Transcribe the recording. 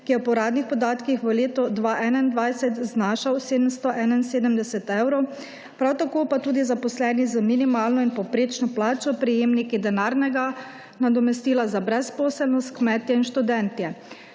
ki je po uradnih podatkih v letu 2021 znašal 771 evrov, prav tako pa tudi zaposleni z minimalno in povprečno plačo, prejemniki denarnega nadomestila za brezposelnost, kmetje in študentje.